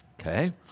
Okay